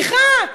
סליחה,